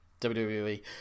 WWE